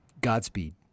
Godspeed